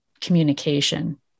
communication